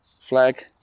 flag